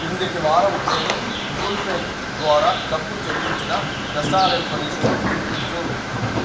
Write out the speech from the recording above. క్రిందటి వారం నేను గూగుల్ పే ద్వారా డబ్బు చెల్లించిన రెస్టారెంట్ల లిస్టు చూపించు